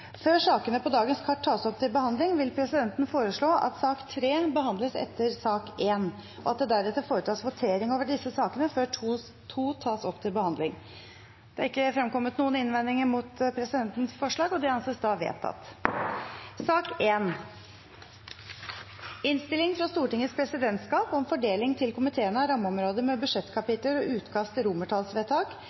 Før sakene på dagens kart tas opp til behandling, vil presidenten foreslå at sak nr. 3 behandles etter sak nr. 1, og at det deretter foretas votering over disse sakene, før sak nr. 2 tas opp til behandling. – Det er ikke fremkommet noen innvendinger mot presidentens forslag, og det anses vedtatt. Ingen har bedt om ordet. Stortinget går da til votering. Bakgrunnen for Riksrevisjonens undersøkelse var – og jeg siterer: «Offentlighet om